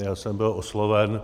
Já jsem byl osloven.